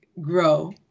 grow